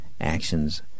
actions